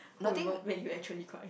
who ever make you actually cry